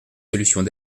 solutions